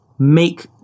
make